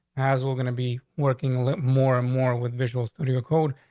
as we're gonna be working more and more with visuals through your code.